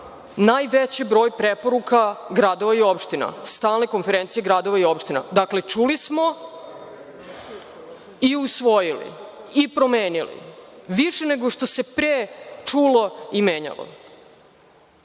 najveći broj preporuka gradova i opština, Stalne konferencije gradova i opština. Dakle, čuli smo i usvojili i promenili više nego što se pre čulo i menjalo